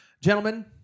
Gentlemen